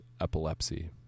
epilepsy